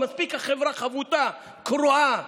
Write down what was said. מספיק החברה חבוטה, קרועה.